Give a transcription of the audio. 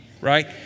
right